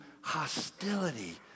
hostility